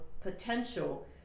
potential